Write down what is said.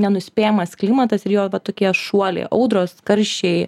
nenuspėjamas klimatas ir jo va tokie šuoliai audros karščiai